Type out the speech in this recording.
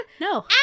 No